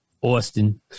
Austin